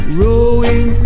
rowing